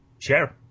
Share